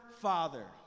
Father